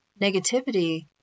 negativity